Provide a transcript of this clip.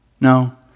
No